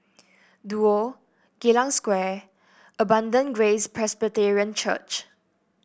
Duo Geylang Square Abundant Grace Presbyterian Church